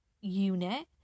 unit